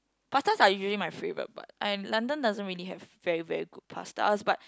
pasta are usually my favourite but I in London doesn't really have very very good pastas but